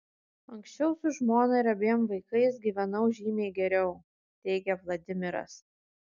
anksčiau su žmona ir abiem vaikais gyvenau žymiai geriau teigia vladimiras